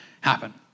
happen